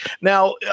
Now